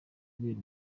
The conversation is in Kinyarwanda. kubera